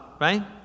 right